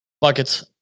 Buckets